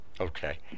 Okay